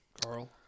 Carl